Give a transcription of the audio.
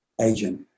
Agent